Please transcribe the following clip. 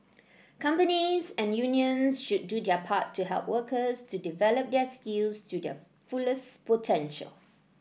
companies and unions should do their part to help workers to develop their skills to their fullest potential